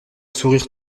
sourire